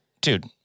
dude